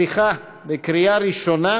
התשע"ז 2017,